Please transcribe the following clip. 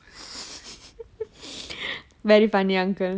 very funny uncle